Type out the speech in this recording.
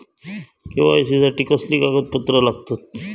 KYC साठी कसली कागदपत्र लागतत?